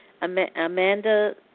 Amanda